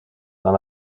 dans